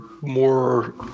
more